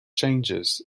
changes